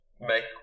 make